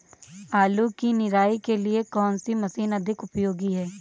आलू की निराई के लिए कौन सी मशीन अधिक उपयोगी है?